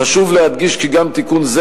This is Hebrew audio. חשוב להדגיש כי גם תיקון זה,